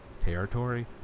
territory